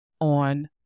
on